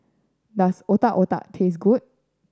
does Otak Otak taste good